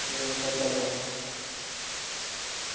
कच्चा